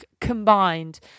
combined